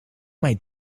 mij